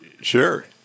sure